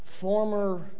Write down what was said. former